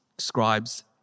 scribes